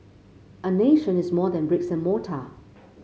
a nation is more than bricks and mortar